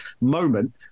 moment